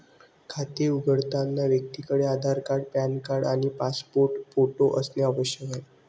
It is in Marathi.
खाते उघडताना व्यक्तीकडे आधार कार्ड, पॅन कार्ड आणि पासपोर्ट फोटो असणे आवश्यक आहे